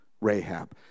Rahab